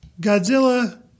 Godzilla